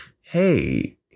Hey